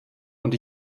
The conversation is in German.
und